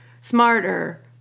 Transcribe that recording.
smarter